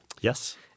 Yes